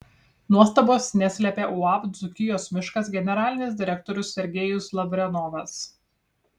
nuostabos neslėpė uab dzūkijos miškas generalinis direktorius sergejus lavrenovas